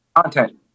content